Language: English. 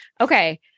okay